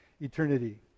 eternity